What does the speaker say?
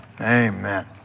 Amen